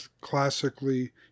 classically